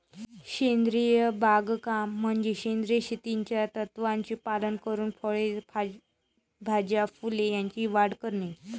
सेंद्रिय बागकाम म्हणजे सेंद्रिय शेतीच्या तत्त्वांचे पालन करून फळे, भाज्या, फुले यांची वाढ करणे